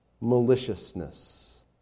Maliciousness